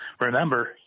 Remember